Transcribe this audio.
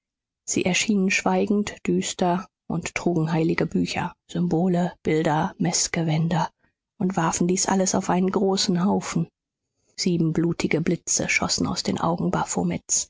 sie erschienen schweigend düster und trugen heilige bücher symbole bilder meßgewänder und warfen dies alles auf einen großen haufen sieben blutige blitze schossen aus den augen